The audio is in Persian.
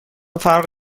فرق